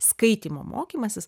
skaitymo mokymasis